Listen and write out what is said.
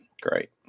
Great